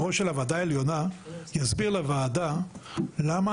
שיושב הראש של הוועדה העליונה יסביר לוועדה למה